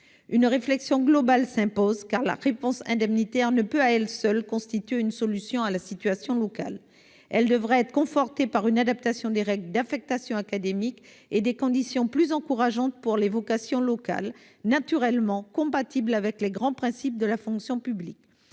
Une réflexion globale s'impose, car la réponse indemnitaire ne peut à elle seule constituer une solution à la situation locale. Elle devra être confortée par une adaptation des règles d'affectation académique et des conditions plus encourageantes pour les vocations locales, dans le respect naturellement des grands principes de la fonction publique.